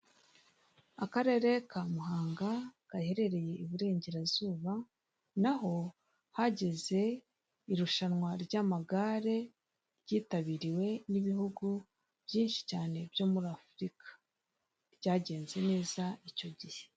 Akarere ka Muhanga gaherereye iburengerazuba naho hageze irushanwa ry'amagare ryitabiriwe n'ibihugu byinshi cyane byo muri Afurika ryagenze neza icyo gihe.